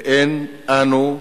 ואנו,